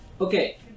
Okay